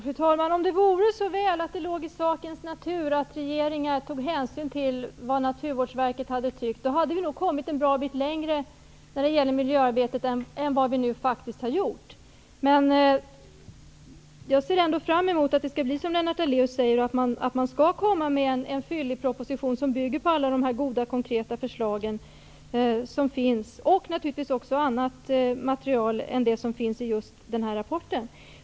Fru talman! Om det vore så väl att det låg i sakens natur att regeringar tog hänsyn till vad Naturvårdsverket tycker hade vi nog kommit en bra bit längre i miljöarbetet än vad vi nu faktiskt har gjort. Jag ser ändå fram emot att det blir som Lennart Daléus säger och att regeringen kommer med en fyllig proposition som bygger på alla de goda konkreta förslag som finns och naturligtvis också på annat material än det som finns i just den rapporten.